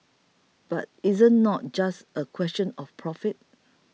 but isn't not just a question of profit